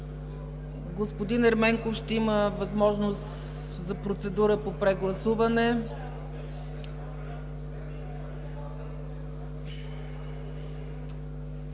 Господин Ерменков ще има възможност за процедура по прегласуване.